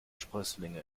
sprösslinge